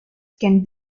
can